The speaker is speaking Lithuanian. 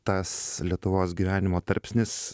tas lietuvos gyvenimo tarpsnis